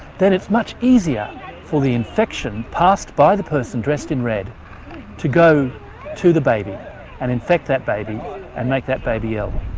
then it's much easier for the infection passed by the person dressed in red to go to the baby and infect that baby and and make that baby ill.